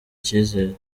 icyizere